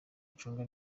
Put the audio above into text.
gucunga